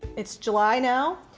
it's july now,